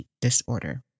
disorder